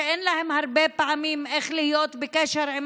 והרבה פעמים אין להם איך להיות בקשר עם